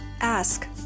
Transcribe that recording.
Ask